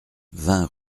vingt